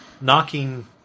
knocking